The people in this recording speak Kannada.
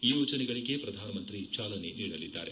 ಈ ಯೋಜನೆಗಳಿಗೆ ಪ್ರಧಾನಮಂತ್ರಿ ಚಾಲನೆ ನೀಡಲಿದ್ದಾರೆ